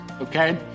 okay